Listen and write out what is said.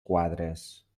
quadres